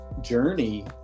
Journey